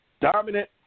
dominant